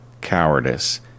cowardice